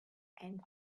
end